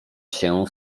się